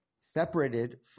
separated